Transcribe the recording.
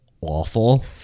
awful